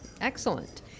Excellent